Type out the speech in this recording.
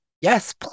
yes